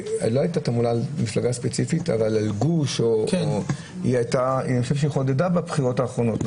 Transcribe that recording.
שלא הייתה תעמולה של מפלגה ספציפית אבל גוש זה חודד בבחירות האחרונות,